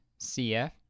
cf